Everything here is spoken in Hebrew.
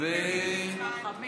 אוי אוי אוי.